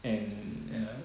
and uh